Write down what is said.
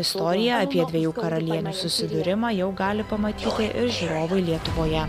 istoriją apie dviejų karalienių susidūrimą jau gali pamatyti ir žiūrovai lietuvoje